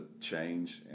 change